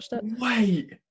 wait